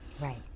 Right